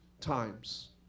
times